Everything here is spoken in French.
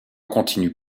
continue